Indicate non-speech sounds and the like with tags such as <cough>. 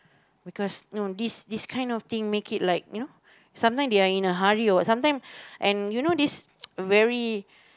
because no this this this kind of thing make it like you know some time they are in a hurry or what some time and you know this <noise> very